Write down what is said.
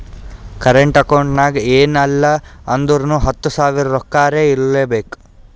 current account ನಾಗ್ ಎನ್ ಇಲ್ಲ ಅಂದುರ್ನು ಹತ್ತು ಸಾವಿರ ರೊಕ್ಕಾರೆ ಇರ್ಲೆಬೇಕು